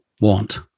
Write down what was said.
want